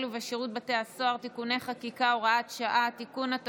ובשירות בתי הסוהר) (תיקוני חקיקה) (הוראת שעה) (תיקון),